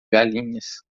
galinhas